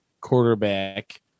quarterback